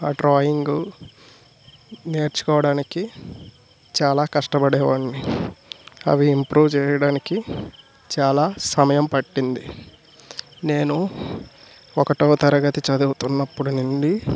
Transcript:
ఆ డ్రాయింగు నేర్చుకోవడానికి చాలా కష్టపడేవాడిని అవి ఇంప్రూవ్ చేయడానికి చాలా సమయం పట్టింది నేను ఒకటవ తరగతి చదువుతున్నప్పుడు నుండి